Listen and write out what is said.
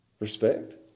respect